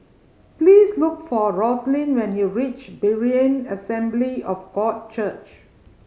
please look for Roslyn when you reach Berean Assembly of God Church